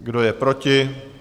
Kdo je proti?